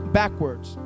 backwards